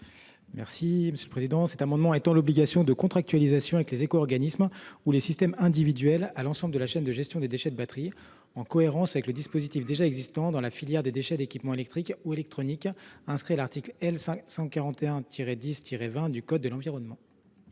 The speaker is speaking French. le rapporteur. Le présent amendement vise à étendre l’obligation de contractualisation avec les éco organismes ou avec les systèmes individuels à l’ensemble de la chaîne de gestion des déchets de batteries, en cohérence avec le dispositif existant dans la filière des déchets d’équipements électriques et électroniques et prévu à l’article L. 541 10 20 du code de l’environnement.